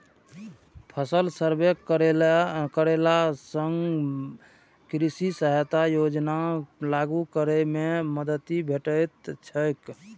फसल सर्वे करेला सं कृषि सहायता योजना लागू करै मे मदति भेटैत छैक